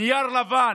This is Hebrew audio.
נייר לבן.